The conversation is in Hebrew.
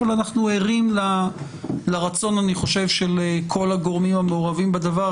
אבל אני חושב שאנחנו ערים לרצון של כל הגורמים המעורבים בדבר,